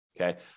Okay